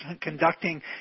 conducting